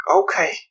okay